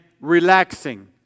relaxing